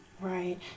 Right